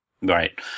Right